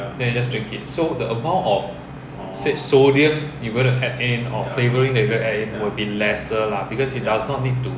then you just drink it so the amount of said sodium you gonna add in or flavoring that you are going to add in will be lesser lah because it does not need to